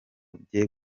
bye